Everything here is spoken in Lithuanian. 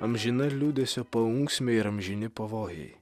amžina liūdesio paunksmė ir amžini pavojai